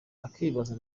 akibaza